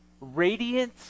radiant